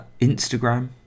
Instagram